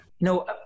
No